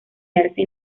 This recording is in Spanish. hallarse